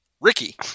Ricky